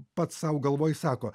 pats sau galvoj sako